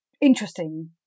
interesting